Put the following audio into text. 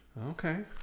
Okay